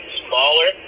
smaller